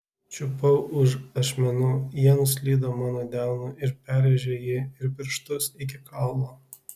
čiupau už ašmenų jie nuslydo mano delnu ir perrėžė jį ir pirštus iki kaulo